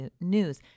news